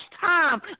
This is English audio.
time